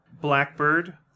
Blackbird